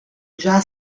già